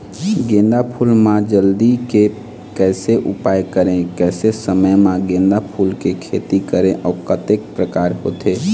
गेंदा फूल मा जल्दी के कैसे उपाय करें कैसे समय मा गेंदा फूल के खेती करें अउ कतेक प्रकार होथे?